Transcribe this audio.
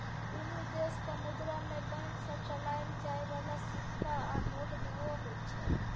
कुनु देशक मुद्रा मे बैंक सँ चलाएल जाइ बला सिक्का आ नोट दुओ होइ छै